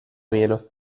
meno